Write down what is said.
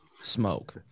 smoke